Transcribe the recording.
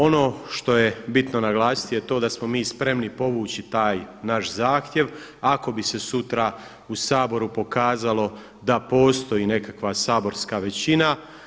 Ono što je bitno naglasiti je to da smo mi spremni povući taj naš zahtjev ako bi se sutra u Saboru pokazalo da postoji nekakva saborska većina.